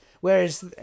Whereas